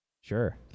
Sure